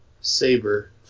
Saber